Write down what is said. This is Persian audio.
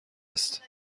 است